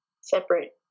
separate